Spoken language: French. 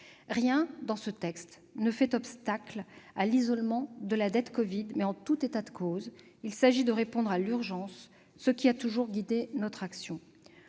Rien dans ce texte ne fait obstacle à l'isolement de la « dette covid », mais, en tout état de cause, il s'agit de répondre à l'urgence, ce qui a toujours guidé notre action.